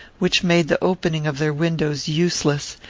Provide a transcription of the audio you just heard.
which made the opening of their windows useless,